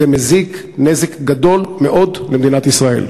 זה גורם נזק גדול מאוד למדינת ישראל.